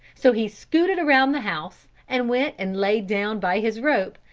so he scooted around the house, and went and laid down by his rope,